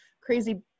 crazy